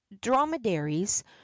dromedaries